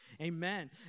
Amen